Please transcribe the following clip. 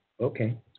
Okay